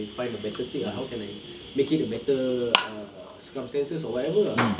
find a better take ah how can I make it a better err circumstances or whatever ah